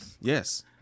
yes